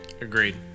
Agreed